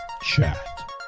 Chat